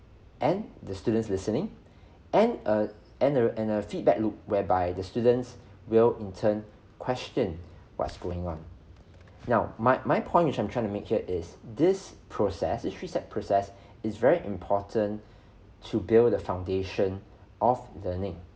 and the students listening and err and a and a feedback loop whereby the students will in turn question what's going on now my my point which I'm trying to make here is this process this three steps process is very important to build the foundation of learning